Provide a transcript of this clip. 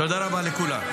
תודה רבה לכולם.